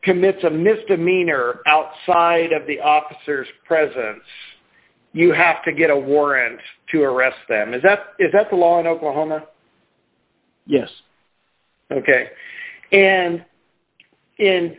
commits a misdemeanor outside of the officers presence you have to get a warrant to arrest them as that is that's the law in oklahoma yes ok and